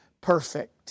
perfect